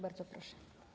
Bardzo proszę.